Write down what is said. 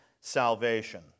salvation